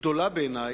גדולה בעיני,